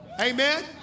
Amen